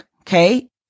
okay